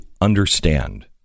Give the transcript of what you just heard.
understand